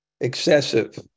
excessive